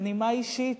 בנימה אישית,